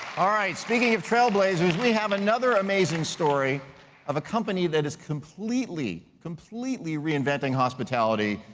ah speaking of trailblazers, we have another amazing story of a company that is completely, completely reinventing hospitality,